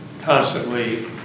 constantly